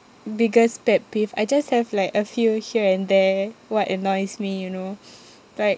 biggest pet peeve I just have like a few here and there what annoys me you know like